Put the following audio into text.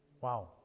Wow